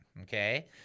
Okay